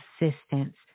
assistance